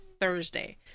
Thursday